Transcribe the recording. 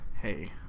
Hey